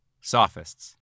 sophists